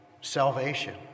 salvation